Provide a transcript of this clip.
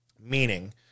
meaning